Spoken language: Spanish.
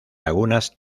lagunas